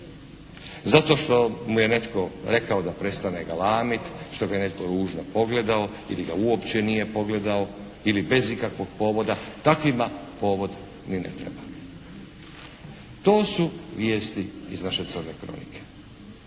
zato što mu je netko rekao da prestane galamiti, što ga je netko ružno pogledao ili ga uopće nije pogledao ili bez ikakvog povoda. Takvima povod ni ne treba. To su vijesti iz naše crne kronike.